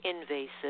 invasive